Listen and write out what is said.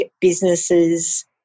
businesses